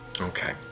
Okay